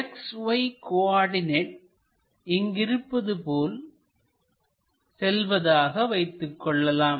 XY coordinate இங்கு இருப்பது போல் செல்வதாக வைத்துக் கொள்ளலாம்